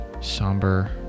somber